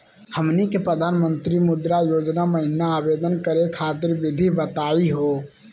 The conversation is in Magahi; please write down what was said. हमनी के प्रधानमंत्री मुद्रा योजना महिना आवेदन करे खातीर विधि बताही हो?